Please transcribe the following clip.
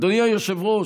אדוני היושב-ראש.